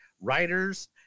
writers